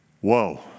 Whoa